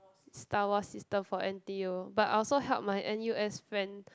star wars system for N_T_U but I also help my N_U_S friend